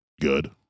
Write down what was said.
good